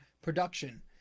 Production